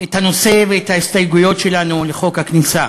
את הנושא ואת ההסתייגויות שלנו לחוק הכניסה.